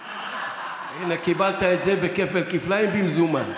הינה, קיבלת את זה בכפל-כפליים במזומן.